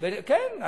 כן.